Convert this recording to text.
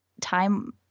time